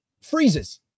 freezes